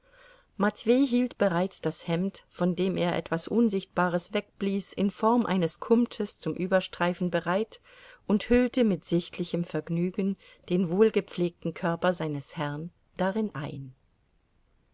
matwei hielt bereits das hemd von dem er etwas unsichtbares wegblies in form eines kumtes zum überstreifen bereit und hüllte mit sichtlichem vergnügen den wohlgepflegten körper seines herrn darin ein